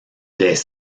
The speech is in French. des